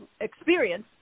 experience